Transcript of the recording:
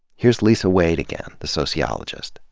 here's lisa wade again, the sociologist.